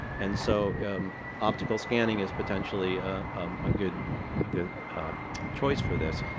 and so optical scanning is potentially a good ah good choice for this.